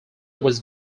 was